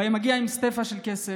הוא היה מגיע עם סטיפה של כסף